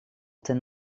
ten